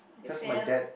because my dad